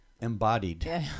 embodied